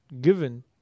given